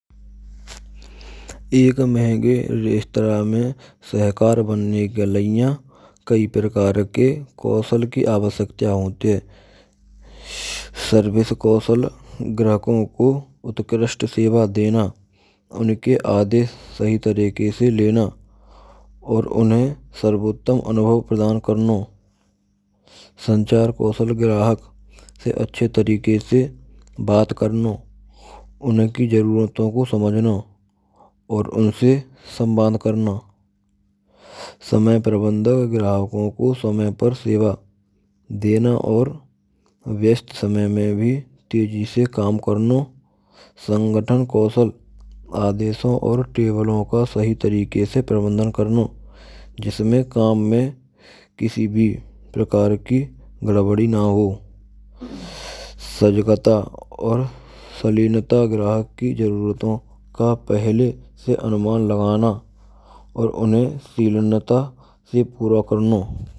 Ek mahange restro mein sahakaar banane ke lie. Kae prakaar ke kaushal kee avasyakta hotee hai. Service kaushal grahakon ko utkrsht seva dena. Unake aadesh sahee tareeke se lena aur unhen sarvottam anubhav pradaan karana. Sanchaar kaushal graahak se ache tareeke se baat karno. Unhen ki jarooraton ko smajhna aur unse samvaand krno. Samay prabhandhak grahko ko smay pr seva dena aur vyast smay mai bhi teji se kaam krno. Sangathan kaushal adesho aur tablo ka sahi tarike se prbhandhan krno. Jisme kaam mai kisi bhi prakar ki gadbadi na ho. Sajkata aur saleenta grahak ki jarurato ka pehle se anuman lgana aur unhe seenta se pooro krno.